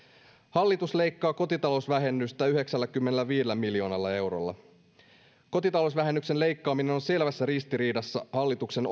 hallitus leikkaa kotitalousvähennystä yhdeksälläkymmenelläviidellä miljoonalla eurolla kotitalousvähennyksen leikkaaminen on selvässä ristiriidassa hallituksen